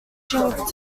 switching